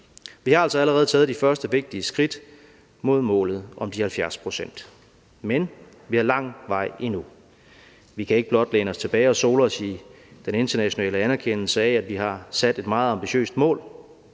Vi har altså allerede taget de første vigtige skridt mod målet om de 70 pct., men vi har lang vej endnu. Vi kan ikke blot læne os tilbage og sole os i den internationale anerkendelse af, at vi har sat et meget ambitiøst mål.